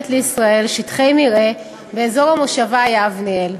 לישראל שטחי מרעה באזור המושבה יבנאל,